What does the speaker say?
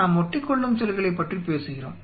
நாம் ஒட்டிக்கொள்ளும் செல்களைப் பற்றி பேசுகிறோம்